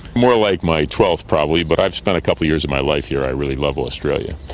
more like my twelfth probably but i've spent a couple of years of my life here, i really love australia.